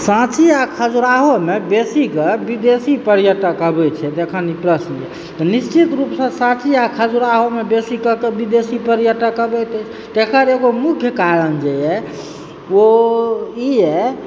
साँची आ खजुराहोमे बेसीकऽ विदेशी पर्यटक अबै छै निश्चित रूपसँ साँची आ खजुराहोमे बेसीकऽ कऽ विदेशी पर्यटक अबैत अछि तेकर एगो मुख्य कारण जे ओ ई यऽ